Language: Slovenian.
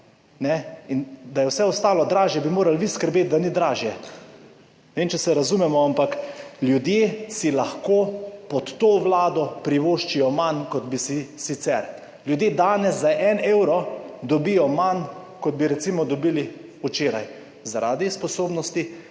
to, da vse ostalo ni dražje, bi morali skrbeti vi. Ne vem, če se razumemo, ampak ljudje si lahko pod to vlado privoščijo manj, kot bi si sicer. Ljudje danes za en evro dobijo manj, kot bi recimo dobili včeraj, zaradi sposobnosti